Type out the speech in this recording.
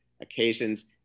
occasions